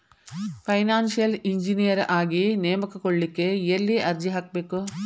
Financial engineer ಆಗಿ ನೇಮಕಗೊಳ್ಳಿಕ್ಕೆ ಯೆಲ್ಲಿ ಅರ್ಜಿಹಾಕ್ಬೇಕು?